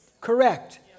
Correct